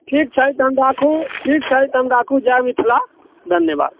ठीक छै तहन राखू ठीक छै तहन राखू जय मिथिला धन्यवाद